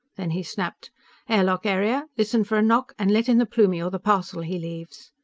then he snapped air lock area, listen for a knock, and let in the plumie or the parcel he leaves.